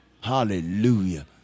Hallelujah